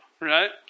right